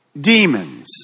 demons